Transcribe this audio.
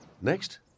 Next